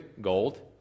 gold